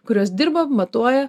kuriuos dirba matuoja